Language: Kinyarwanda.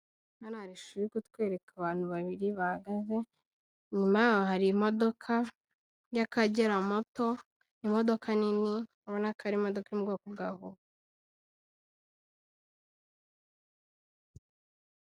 Hano hari ishusho iri kutwereka abantu babiri bahagaze inyuma ye hari imodoka y'Akagera moto imodoka nini urabonaka ari imodoka iri mu bwoko bwa hoho.